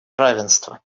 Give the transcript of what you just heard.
равенства